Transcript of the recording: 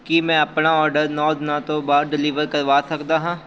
ਕੀ ਮੈਂ ਆਪਣਾ ਅੋਰਡਰ ਨੌਂ ਦਿਨਾਂ ਤੋਂ ਬਾਅਦ ਡਿਲੀਵਰ ਕਰਵਾ ਸਕਦਾ ਹਾਂ